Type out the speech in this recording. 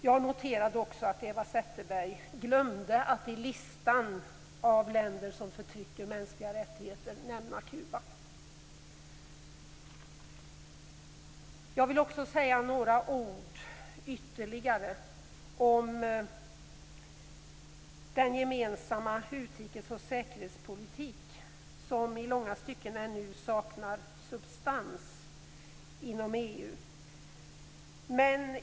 Jag noterade också att Eva Zetterberg att till listan över länder som inte respekterar mänskliga rättigheter glömde att foga Kuba. Sedan vill jag säga några ytterligare ord om den gemensamma utrikes och säkerhetspolitik som nu i långa stycken saknar substans inom EU.